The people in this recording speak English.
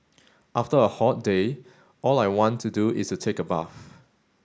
after a hot day all I want to do is take a bath